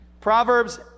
Proverbs